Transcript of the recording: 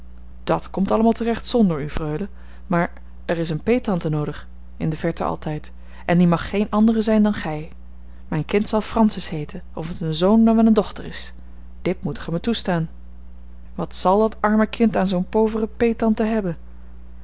dat komt allemaal terecht zonder u freule maar er is eene peettante noodig in de verte altijd en die mag geene andere zijn dan gij mijn kind zal francis heeten of het een zoon dan wel eene dochter is dit moet gij mij toestaan wat zal dat arme kind aan zoo'n poovere peettante hebben